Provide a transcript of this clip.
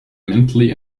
mentally